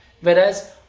Whereas